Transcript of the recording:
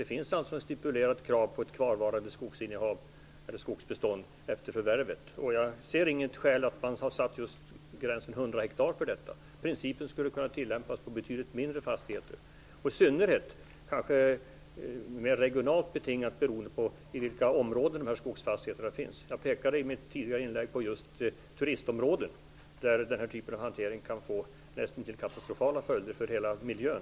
Det finns alltså ett stipulerat krav på ett kvarvarande skogsbestånd efter förvärvet. Jag ser inget skäl till att man har dragit gränsen vid just 100 hektar. Denna princip skulle kunna tillämpas på betydligt mindre fastigheter, i synnerhet skulle det kanske kunna göras mera regionalt betingat beroende på i vilka områden dessa skogsfastigheter finns. I mitt tidigare inlägg pekade jag på just turistområden, där den här typen av hantering kan få nästintill katastrofala följder för hela miljön.